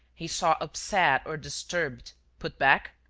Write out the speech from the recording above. he saw upset or disturbed put back,